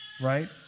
right